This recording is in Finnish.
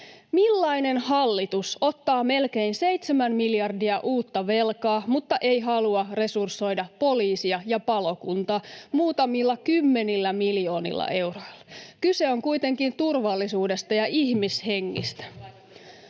Millainen hallitus ottaa melkein 7 miljardia uutta velkaa, mutta ei halua resursoida poliisia ja palokuntaa muutamilla kymmenillä miljoonilla euroilla? Kyse on kuitenkin turvallisuudesta ja ihmishengistä.